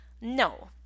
No